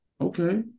okay